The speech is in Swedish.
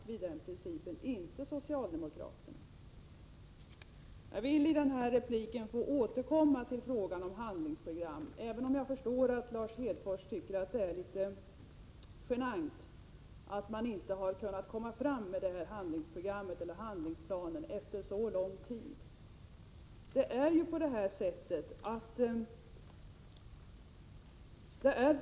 Det är alltså vi och inte socialdemokraterna som står fast vid principen om beskattning efter alkoholhalt. Låt mig återkomma till frågan om en handlingsplan, även om jag förstår att Lars Hedfors tycker att det är genant att en sådan inte har lagts fram efter så lång tid.